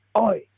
Oi